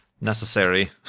necessary